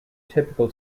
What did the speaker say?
typical